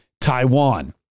taiwan